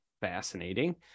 Fascinating